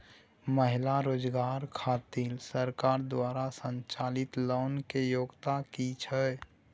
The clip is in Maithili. महिला रोजगार खातिर सरकार द्वारा संचालित लोन के योग्यता कि छै?